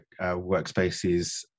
workspaces